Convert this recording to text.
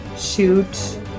shoot